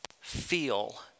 feel